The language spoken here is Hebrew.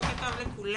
בוקר טוב לכולם.